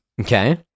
Okay